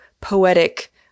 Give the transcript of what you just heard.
poetic